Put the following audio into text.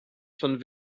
von